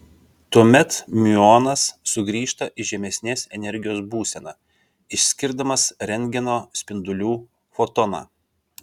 tuomet miuonas sugrįžta į žemesnės energijos būseną išskirdamas rentgeno spindulių fotoną